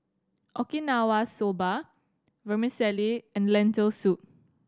Okinawa Soba Vermicelli and Lentil Soup